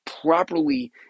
properly